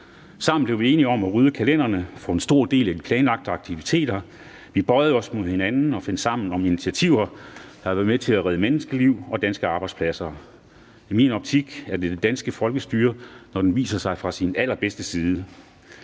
Sammen blev vi enige om at rydde kalenderne for en stor del af de planlagte aktiviteter. Vi bøjede os mod hinanden og fandt sammen om initiativer, der har været med til at redde menneskeliv og danske arbejdspladser. I min optik er det det danske folkestyre, når det viser sig fra sin allerbedste side.